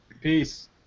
Peace